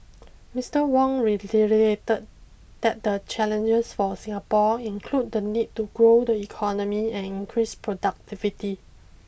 Mister Wong reiterated that the challenges for Singapore include the need to grow the economy and increase productivity